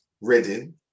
Reading